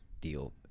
deal